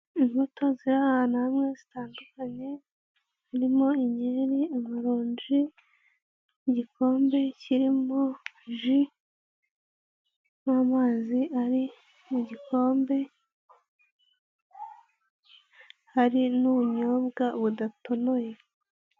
Imbuto ziri ahantu hamwe zitandukanye, harimo inyeri, amaronji, igikombe kirimo jus n'amazi ari mu gikombe, hari n'ubunyobwa budatonoye.